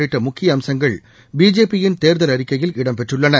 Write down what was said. உள்ளிட்ட முக்கிய அம்சங்கள் பிஜேபி யின் தேர்தல் அறிக்கையில் இடம் பெற்றுள்ளன